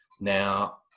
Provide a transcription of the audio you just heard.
now